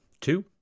two